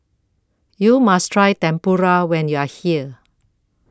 YOU must Try Tempura when YOU Are here